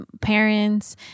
parents